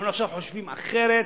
אנחנו עכשיו חושבים אחרת,